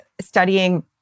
studying